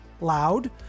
loud